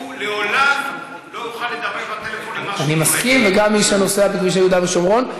לעולם לא יוכל לדבר בטלפון אם משהו קורה.